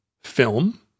film